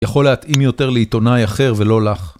יכול להתאים יותר לעיתונאי אחר ולא לך.